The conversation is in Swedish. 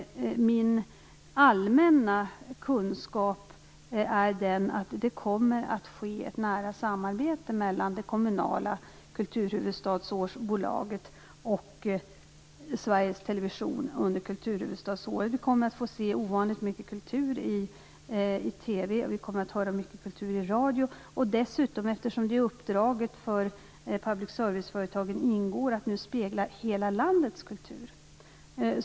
Min allmänna kunskap är att det kommer att bli ett nära samarbete mellan det kommunala bolaget som har hand om kulturhuvudstadsåret och Sveriges Television. Vi kommer att få se ovanligt mycket kultur i TV. Vi kommer att få höra mycket kultur i radio. I uppdraget till public service-företagen ingår också att spegla hela landets kultur.